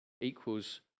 equals